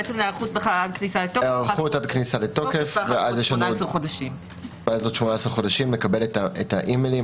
היערכות עד כניסה לתוקף ואז עוד 18 חודשים לקבל את האימיילים